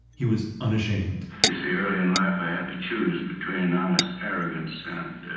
he was unashamed you see, earlier in life, i had to choose between honest arrogance